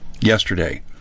yesterday